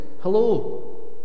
hello